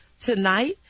tonight